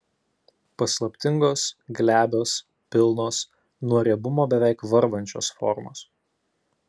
paslaptingos glebios pilnos nuo riebumo beveik varvančios formos